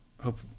Hope